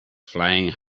flying